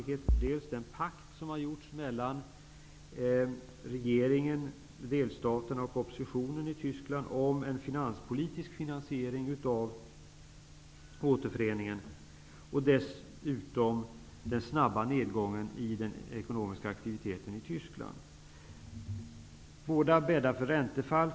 Det är dels den pakt som har gjorts mellan regeringen, delstaterna och oppositionen i Tyskland om en finanspolitisk finansiering av återföreningen, dels den snabba nedgången i den ekonomiska aktiviteten i Båda dessa händelser bäddar för räntefall.